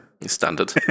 Standard